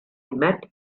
met